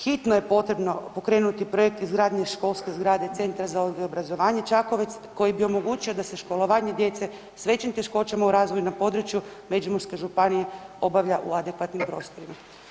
Hitno je potrebno pokrenuti projekt izgradnje školske zgrade Centra za odgoj i obrazovanje Čakovec koji bi omogućio da se školovanje djece s većim teškoćama u razvoju na području Međimurske županije obavlja u adekvatnim prostorima.